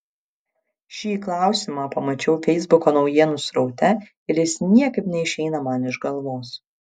šį klausimą pamačiau feisbuko naujienų sraute ir jis niekaip neišeina man iš galvos